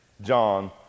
John